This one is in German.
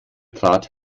trat